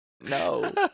No